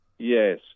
Yes